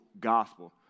gospel